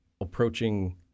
approaching